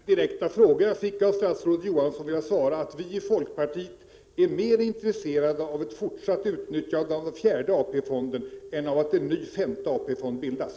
Fru talman! Som svar på den direkta fråga jag fick av statsrådet Johansson vill jag säga att vi i folkpartiet är mera intresserade av ett fortsatt utnyttjande av den fjärde AP-fonden än av att en ny och femte AP-fond bildas.